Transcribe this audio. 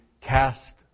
cast